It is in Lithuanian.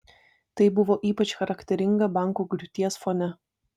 tai buvo ypač charakteringa bankų griūties fone